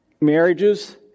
marriages